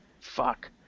Fuck